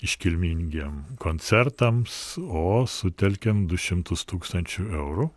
iškilmingiem koncertams o sutelkėm du šimtus tūkstančių eurų